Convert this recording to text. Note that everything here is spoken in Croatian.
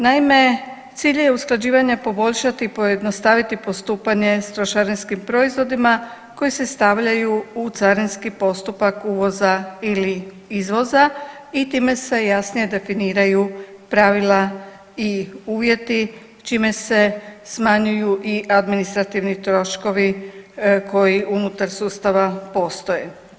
Naime, cilj je usklađivanja poboljšati i pojednostaviti postupanje sa trošarinskim proizvodima koji se stavljaju u carinski postupak uvoza ili izvoza i time se jasnije definiraju pravila i uvjeti čime se smanjuju i administrativni troškovi koji unutar sustava postoje.